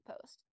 post